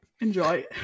enjoy